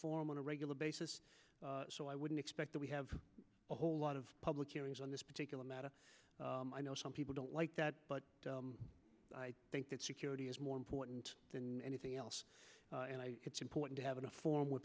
form on a regular basis so i wouldn't expect that we have a whole lot of public hearings on this particular matter i know some people don't like that but i think that security is more important than anything else it's important to have a forum where